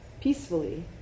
peacefully